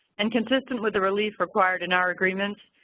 and consistent with the relief required in our agreement,